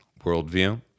worldview